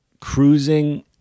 Cruising